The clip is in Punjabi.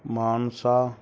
ਮਾਨਸਾ